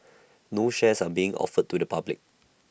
no shares are being offered to the public